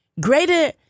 greater